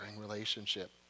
relationship